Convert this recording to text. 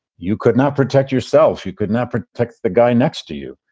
you could not protect yourself. you could not protect the guy next to you.